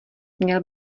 měl